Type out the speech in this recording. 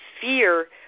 fear